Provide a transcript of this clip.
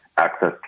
access